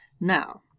Now